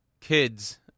kids